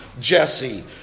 Jesse